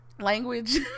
Language